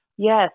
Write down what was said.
Yes